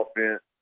offense